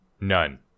None